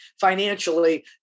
financially